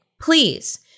Please